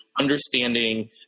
understanding